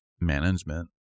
management